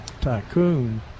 Tycoon